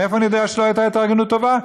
מאיפה אני יודע שלא הייתה התארגנות טובה?